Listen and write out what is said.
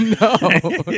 no